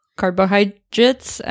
carbohydrates